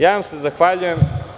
Ja vam se zahvaljujem.